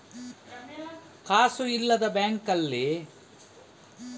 ಕಾಸು ಇಲ್ಲದ ಬ್ಯಾಂಕ್ ನಲ್ಲಿ ಅಕೌಂಟ್ ಶುರು ಮಾಡ್ಲಿಕ್ಕೆ ಆಗ್ತದಾ?